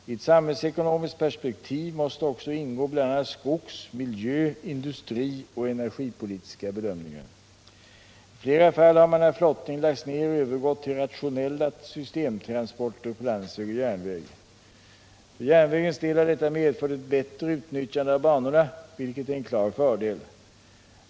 I ett samhällsekonomiskt perspektiv måste också ingå bl.a. SKogS-, miljö-, industrioch energipolitiska bedömningar. I flera fall har man när flottningen lagts ner övergått till rationella systemtransporter på landsväg och järnväg. För järnvägens del har detta medfört ett bättre utnyttjande av banorna, vilket är en klar fördel.